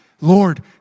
Lord